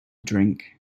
drink